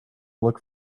look